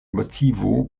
motivo